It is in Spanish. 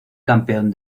campeón